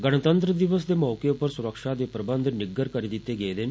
गणतंत्र दिवस दे मौके पर सुरक्षा दे प्रबंध निग्गर करी दित्ते गेदे न